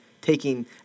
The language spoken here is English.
taking